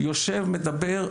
יושב מדבר,